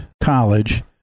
college